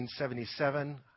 1977